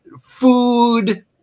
food